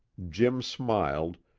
jim smiled,